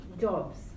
Jobs